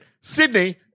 Sydney